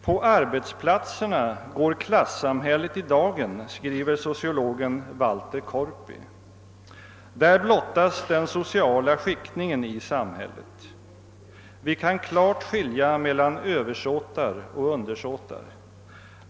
»På arbetsplatserna går klassamhället i dagen«, skriver sociologen Waiter Korpi. »Där blottas den sociala skiktningen i samhället. Vi kan klart skilja mellan översåtar och undersåtar.